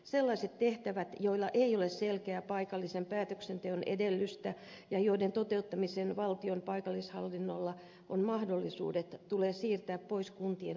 sellaiset tehtävät joilla ei ole selkeää paikallisen päätöksenteon edellytystä ja joiden toteuttamiseen valtion paikallishallinnolla on mahdollisuudet tulee siirtää pois kuntien vastuulta